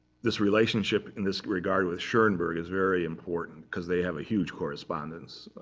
this relationship, in this regard, with schoenberg is very important. because they have a huge correspondence,